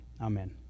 Amen